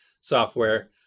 software